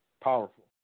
Powerful